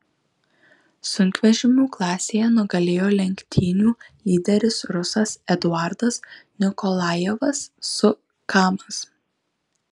sunkvežimių klasėje nugalėjo lenktynių lyderis rusas eduardas nikolajevas su kamaz